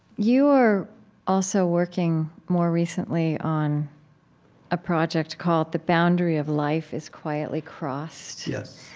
you are also working more recently on a project called the boundary of life is quietly crossed. yes